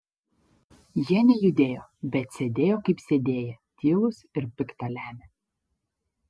jie nejudėjo bet sėdėjo kaip sėdėję tylūs ir pikta lemią